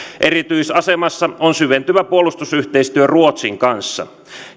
erityisasemassa on syventyvä puolustusyhteistyö ruotsin kanssa